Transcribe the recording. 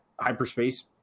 hyperspace